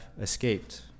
escaped